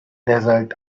desert